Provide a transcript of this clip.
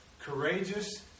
Courageous